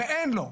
ואין לו.